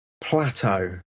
plateau